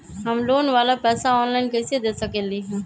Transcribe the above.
हम लोन वाला पैसा ऑनलाइन कईसे दे सकेलि ह?